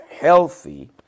healthy